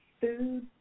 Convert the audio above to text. food